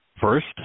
First